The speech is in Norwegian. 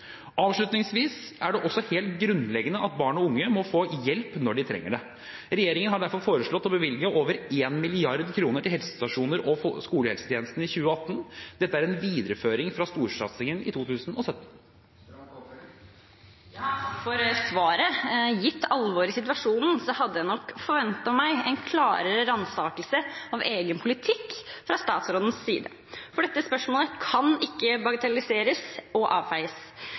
Avslutningsvis er det også helt grunnleggende at barn og unge må få hjelp når de trenger det. Regjeringen har derfor foreslått å bevilge over 1 mrd. kr til helsestasjoner og skolehelsetjenesten i 2018. Dette er en videreføring av storsatsingen fra 2017. Takk for svaret. Gitt alvoret i situasjonen hadde jeg nok forventet meg en klarere ransakelse av egen politikk fra statsrådens side, for dette spørsmålet kan ikke bagatelliseres og avfeies.